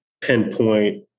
pinpoint